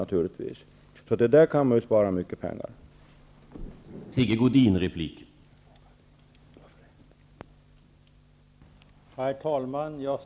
På det sättet kan mycket pengar sparas.